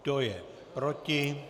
Kdo je proti?